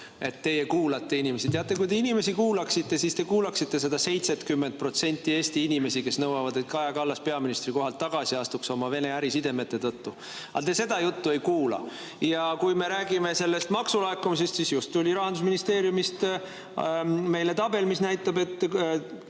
et teie kuulate inimesi. Teate, kui te inimesi kuulaksite, siis te kuulaksite neid 70% Eesti inimesi, kes nõuavad, et Kaja Kallas peaministrikohalt tagasi astuks oma Vene ärisidemete tõttu. Aga te seda juttu ei kuula. Ja kui me räägime maksulaekumisest, siis just tuli meile Rahandusministeeriumist tabel, mis näitab, et